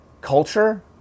culture